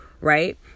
right